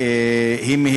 לא רוצה.